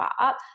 up